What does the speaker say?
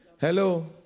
Hello